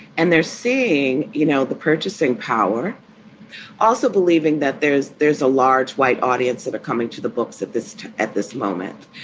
and they're saying, you know, the purchasing power also believing that there's there's a large white audience that are coming to the books at this at this moment,